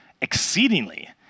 exceedingly